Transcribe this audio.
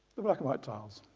the black and white tiles,